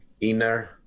inner